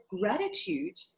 gratitude